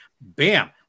bam